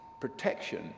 protection